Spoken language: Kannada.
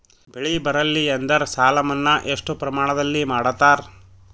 ಬೆಳಿ ಬರಲ್ಲಿ ಎಂದರ ಸಾಲ ಮನ್ನಾ ಎಷ್ಟು ಪ್ರಮಾಣದಲ್ಲಿ ಮಾಡತಾರ?